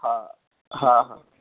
हा हा हा